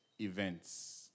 events